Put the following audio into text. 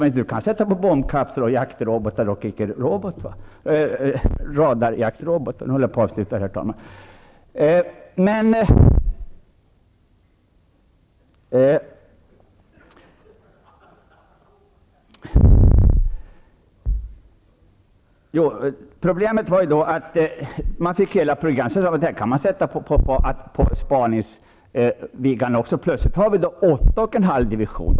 Man kan sätta på bombkapslar, jaktrobotar och radarjaktrobotar. Problemet är att man kan sätta hela programmet på Spaningsviggarna också. Plötsligt har vi åtta och en halv division.